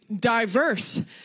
diverse